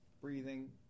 breathing